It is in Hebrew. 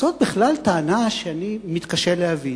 זאת בכלל טענה שאני מתקשה להבין,